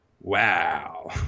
wow